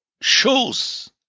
shows